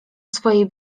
swojej